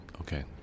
Okay